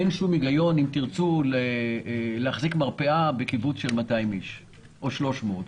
אין שום היגיון להחזיק מרפאה בקיבוץ של 200 או 300 איש,